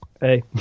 hey